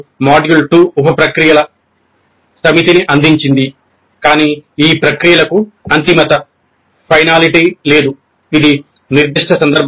మరియు మాడ్యూల్ 2 ఉప ప్రక్రియల సమితిని అందించింది కానీ ఈ ప్రక్రియలకు అంతిమత